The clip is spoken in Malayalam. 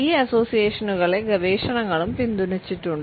ഈ അസോസിയേഷനുകളെ ഗവേഷണങ്ങളും പിന്തുണച്ചിട്ടുണ്ട്